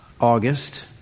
August